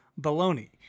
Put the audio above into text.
baloney